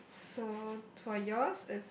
so for yours it's